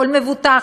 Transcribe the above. כל מבוטח,